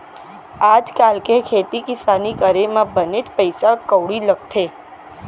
आज काल के खेती किसानी करे म बनेच पइसा कउड़ी लगथे